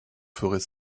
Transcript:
ferez